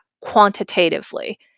quantitatively